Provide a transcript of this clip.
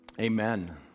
amen